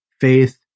faith